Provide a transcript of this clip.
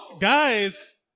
Guys